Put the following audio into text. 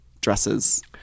dresses